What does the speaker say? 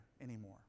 anymore